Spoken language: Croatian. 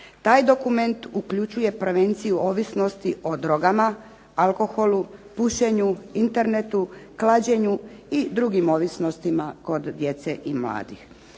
Taj dokument uključuje prevenciju ovisnosti o drogama, alkoholu, pušenju, internetu, klađenju i drugim ovisnostima kod djece i mladih.